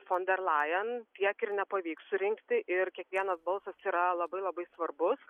fon der lajen tiek ir nepavyks surinkti ir kiekvienas balsas yra labai labai svarbus